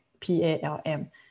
P-A-L-M